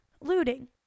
looting